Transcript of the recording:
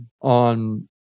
on